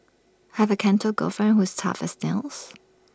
have A Canto girlfriend who's tough as nails